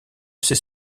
ces